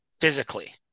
physically